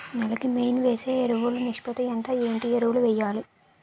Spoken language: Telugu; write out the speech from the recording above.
నేల కి మెయిన్ వేసే ఎరువులు నిష్పత్తి ఎంత? ఏంటి ఎరువుల వేయాలి?